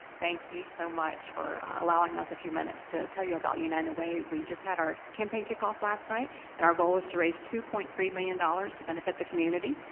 thank you so much for allowing us a few minutes to tell you about united way. we just had our campaign kick-off last night, and our goal is to raise two point three million dollars to benefit the community.